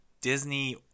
Disney